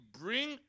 bring